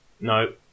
no